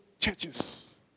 churches